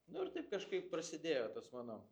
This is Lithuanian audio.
nu ir taip kažkaip prasidėjo tas mano